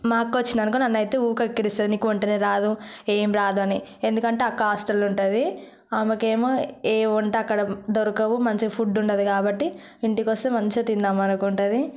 మా అక్క వచ్చింది అనుకో నన్నైతే ఉరికే ఎక్కిరిస్తుంది నీకు వంటనే రాదు ఏమి రాదు అని ఎందుకంటే అక్క హస్టల్లో ఉంటుంది ఆమెకు ఏమో ఏ వంట అక్కడ దొరకవు మంచిగా ఫుడ్డు ఉండదు కాబట్టి ఇంటికొస్తే మంచిగా తిందామనుకుంటుంది